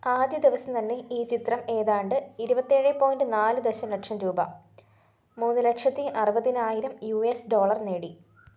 ആദ്യ ദിവസം തന്നെ ഈ ചിത്രം ഏതാണ്ട് ഇരുപത്തേഴ് പോയിൻറ്റ് നാല് ദശലക്ഷം രൂപ മൂന്ന് ലക്ഷത്തി അറുപതിനായിരം യു എസ് ഡോളർ നേടി